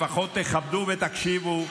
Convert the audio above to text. לפחות תכבדו ותקשיבו,